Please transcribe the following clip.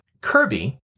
Kirby